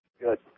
Good